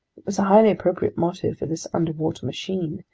it was a highly appropriate motto for this underwater machine,